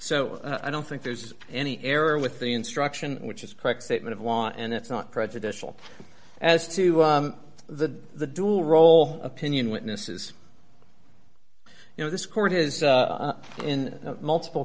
so i don't think there's any error with the instruction which is a correct statement of law and it's not prejudicial as to the dual role opinion witnesses you know this court is in multiple